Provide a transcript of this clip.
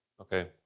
Okay